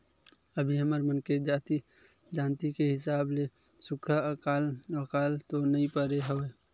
अभी हमर मन के जानती के हिसाब ले सुक्खा अकाल वकाल तो नइ परे हवय